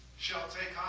shall take